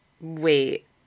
Wait